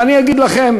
ואני אגיד לכם